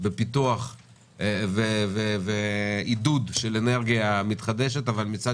בפיתוח ועידוד של אנרגיה מתחדשת אבל מצד